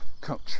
coach